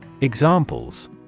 Examples